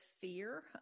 fear